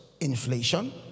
inflation